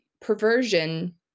perversion